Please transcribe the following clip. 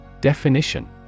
Definition